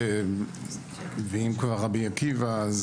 ואם כבר רבי עקיבא,